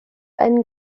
einen